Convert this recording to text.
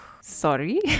sorry